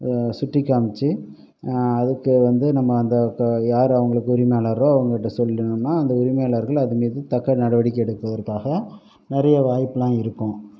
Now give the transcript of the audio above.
சுட்டி காமிச்சு அதுக்கு வந்து நம்ம அந்த க யார் அவங்களுக்கு உரிமையாளரோ அவங்க கிட்டை சொல்லினம்ன்னால் அந்த உரிமையாளர்கள் அதன் மீது தக்க நடவடிக்கை எடுப்பதற்காக நிறைய வாய்ப்பெல்லாம் இருக்கும்